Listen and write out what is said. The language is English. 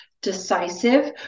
Decisive